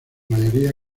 mayoría